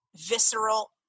visceral